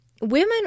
women